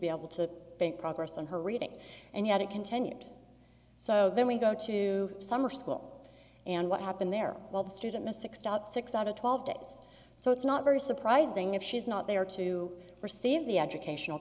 be able to think progress on her reading and yet it continued so then we go to summer school and what happened there while the student messick stopped six out of twelve so it's not very surprising if she's not there to receive the educational